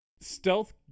stealth